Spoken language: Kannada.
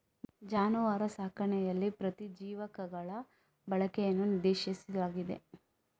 ಜಾನುವಾರು ಸಾಕಣೆಯಲ್ಲಿ ಪ್ರತಿಜೀವಕಗಳ ಬಳಕೆಯನ್ನು ನಿಷೇಧಿಸಲಾಗಿದೆ